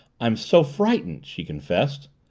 i'm so frightened! she confessed.